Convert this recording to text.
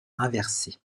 inversée